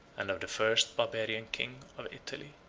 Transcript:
and of the first barbarian king of italy.